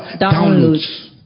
Downloads